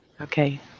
Okay